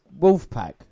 Wolfpack